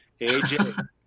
AJ